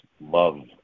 love